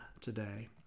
today